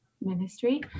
ministry